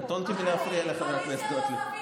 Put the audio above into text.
חברת הכנסת גוטליב,